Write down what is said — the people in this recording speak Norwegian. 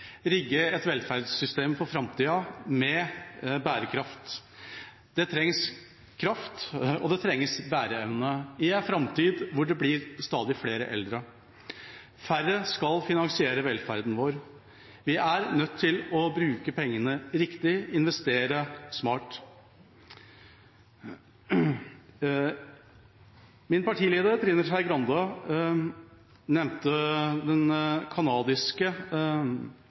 rigge et bærekraftig velferdssystem for framtida. Det trengs kraft, og det trengs bæreevne i en framtid hvor det blir stadig flere eldre. Færre skal finansiere velferden vår. Vi er nødt til å bruke pengene riktig og investere smart. Min partileder, Trine Skei Grande, nevnte den kanadiske